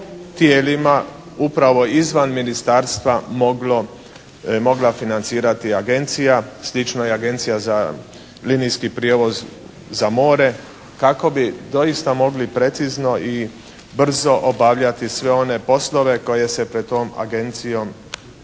tijelima upravo izvan ministarstva mogla financirati Agencija. Slično je Agencija za linijski prijevoz za more kako bi doista mogli precizno i brzo obavljati sve one poslove koje se pred tom Agencijom